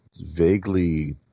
vaguely